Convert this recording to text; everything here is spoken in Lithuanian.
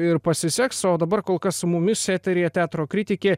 ir pasiseks o dabar kol kas su mumis eteryje teatro kritikė